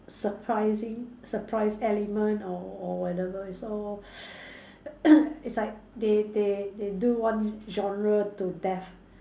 surprising surprise element or or whatever it's all it's like they they they do one genre to death